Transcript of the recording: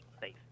safe